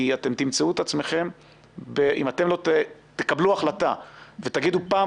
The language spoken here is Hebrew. כי אם אתם לא תקבלו החלטה ותגידו פעם